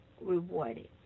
rewarded